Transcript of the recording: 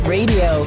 Radio